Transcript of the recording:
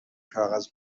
کاغذ